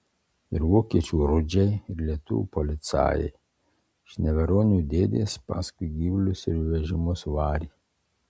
ir vokiečių rudžiai ir lietuvių policajai iš neveronių dėdės paskui gyvulius ir vežimus varė